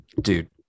dude